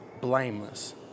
blameless